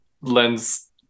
lends